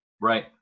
Right